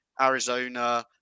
Arizona